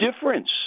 difference